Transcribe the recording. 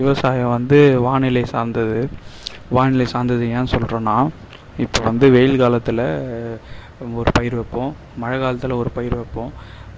விவசாயம் வந்து வானிலை சார்ந்தது வானிலை சார்ந்தது ஏன் சொல்லுறோனா இப்போ வந்து வெயில் காலத்தில் ஒரு பயிர் வைப்போம் மழை காலத்தில் ஒரு பயிர் வைப்போம்